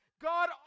God